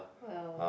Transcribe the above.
well